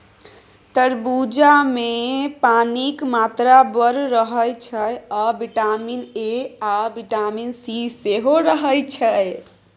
तरबुजामे पानिक मात्रा बड़ रहय छै आ बिटामिन ए आ बिटामिन सी सेहो रहय छै